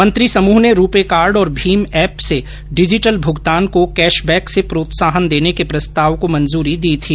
मंत्री समूह ने रुपे कार्ड और भीम एप से डिजिटल भूगतान को कैश बैक से प्रोत्साहन देने के प्रस्ताव को मंजूरी दी थी